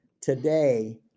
today